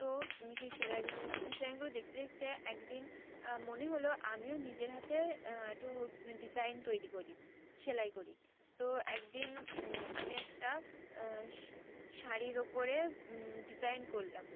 তো আমি সেই সেলাইগুলো ডিজাইনগুলো দেখতে দেখতে একদিন মনে হলো আমিও নিজের হাতে একটু ডিজাইন তৈরি করি সেলাই করি তো একদিন আমি একটা শাড়ির ওপরে ডিজাইন করলাম